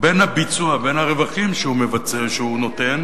בין הביצוע, בין הרווחים שהוא נותן,